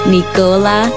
Nicola